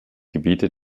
gebiete